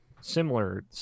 similar